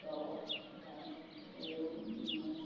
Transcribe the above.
সেইটো আকৌ সেইকাৰণে একো মানে